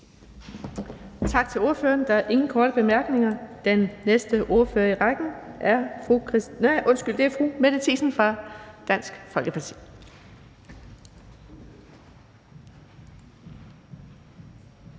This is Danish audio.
Tak til ordføreren. Der er ingen korte bemærkninger. Den næste ordfører i rækken er hr. Carl Valentin fra SF.